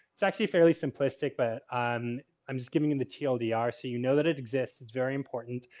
it's actually fairly simplistic, but um i'm just giving the tldr, so you know that it exists. it's very important.